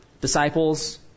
disciples